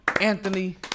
Anthony